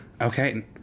Okay